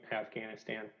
afghanistan